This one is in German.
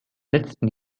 letzten